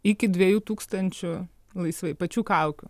iki dviejų tūkstančių laisvai pačių kaukių